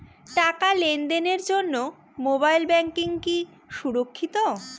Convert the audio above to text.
টাকা লেনদেনের জন্য মোবাইল ব্যাঙ্কিং কি সুরক্ষিত?